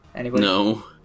No